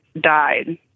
died